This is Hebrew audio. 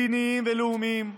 מדיניים ולאומיים.